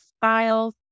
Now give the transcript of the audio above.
files